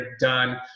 done